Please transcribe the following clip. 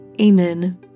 Amen